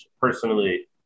personally